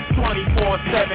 24-7